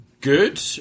good